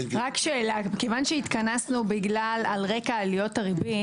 שאלה, כיוון שהתכנסנו על רקע עליות הריבית,